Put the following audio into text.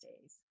days